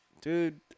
Dude